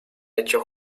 hecho